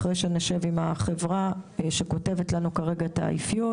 לאחר שנשב עם החברה שכותבת לנו את האפיון